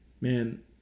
Man